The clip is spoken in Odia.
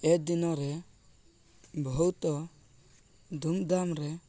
ଏ ଦିନରେ ବହୁତ ଧୁମଧାମ୍ରେ